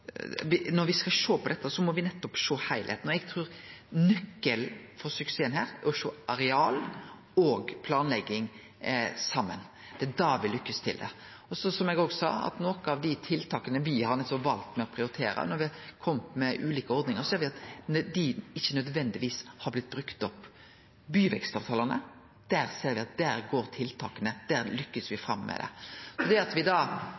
Når me skal sjå på dette, må me nettopp sjå heilskapen, og eg trur nøkkelen til suksess er å sjå areal og planlegging saman. Det er da me lykkast med det. Som eg òg sa: Når det gjeld nokre av dei tiltaka me har valt å prioritere når me har kome med ulike ordningar, ser me at det ikkje nødvendigvis har blitt brukt opp. Når det gjeld byvekstavtalane, ser me at der går tiltaka bra, der lykkast me med det.